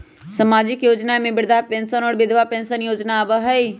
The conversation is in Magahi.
सामाजिक योजना में वृद्धा पेंसन और विधवा पेंसन योजना आबह ई?